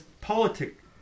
politics